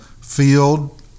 field